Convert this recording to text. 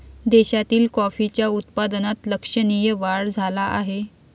देशातील कॉफीच्या उत्पादनात लक्षणीय वाढ झाला आहे